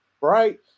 right